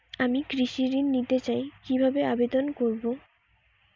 আমি কৃষি ঋণ নিতে চাই কি ভাবে আবেদন করব?